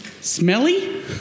Smelly